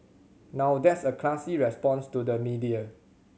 now that's a classy response to the media